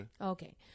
Okay